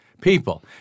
people